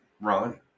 Ron